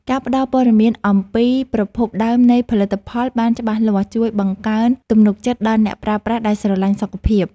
ការផ្តល់ព័ត៌មានអំពីប្រភពដើមនៃផលិតផលបានច្បាស់លាស់ជួយបង្កើនទំនុកចិត្តដល់អ្នកប្រើប្រាស់ដែលស្រឡាញ់សុខភាព។